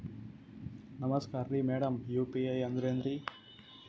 ನಮಸ್ಕಾರ್ರಿ madam UPI ಅಂದ್ರೆನ್ರಿ?